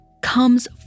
comes